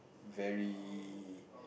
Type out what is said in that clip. very